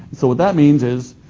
so what that means is.